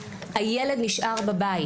הילד נשאר בבית.